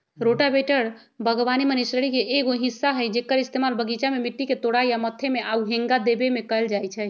rotavator बगवानी machinery के एगो हिस्सा हई जेक्कर इस्तेमाल बगीचा में मिट्टी के तोराई आ मथे में आउ हेंगा देबे में कएल जाई छई